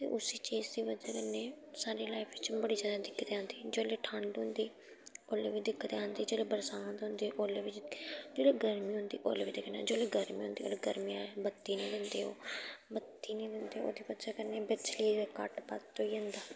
ते उसी चीज दी बजह कन्नै साढ़ी लाईफ बिच्च बड़ी ज्यादा दिक्कत आंदी जेल्लै ठंड होंदी ओल्लै बी दिक्कत आंदी जेल्लै बरसांत होंदी ओल्लै बी जेल्लै गर्मी होंदी ओल्लै बी दिक्ख जेल्लै गर्मी होंदी जेल्लै गर्मी बत्ती निं दिंदे ओह् बत्ती निं दिंदे ओह्दी बजह कन्नै बिजली दा कट बद्ध होई जंदा